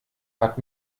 hat